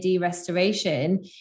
restoration